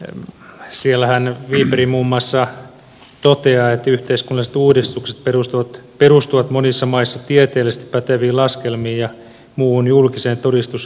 siellähän wiberg muun muassa toteaa että yhteiskunnalliset uudistukset perustuvat monissa maissa tieteellisesti päteviin laskelmiin ja muuhun julkiseen todistusaineistoon